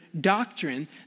doctrine